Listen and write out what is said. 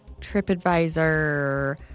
TripAdvisor